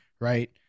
right